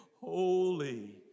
Holy